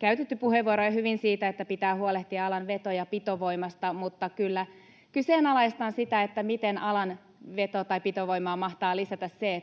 käytetty puheenvuoroja hyvin siitä, että pitää huolehtia alan veto- ja pitovoimasta, mutta kyllä kyseenalaistan sitä, miten alan veto- tai pitovoimaa mahtaa lisätä se,